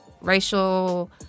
racial